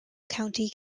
county